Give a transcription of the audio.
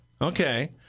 Okay